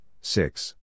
six